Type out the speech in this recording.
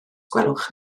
gwelwch